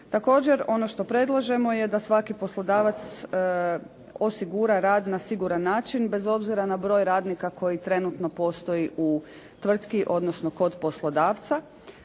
Također, ono što predlažemo je da svaki poslodavac osigura rad na siguran način bez obzira na broj radnika koji trenutno postoji u tvrtki odnosno kod poslodavca